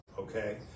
Okay